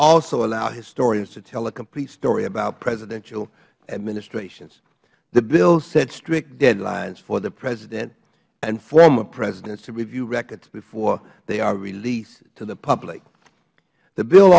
will allow historians to tell a complete story about presidential administrations the bill sets strict deadlines for the president and former president to review records before they are released to the public the bill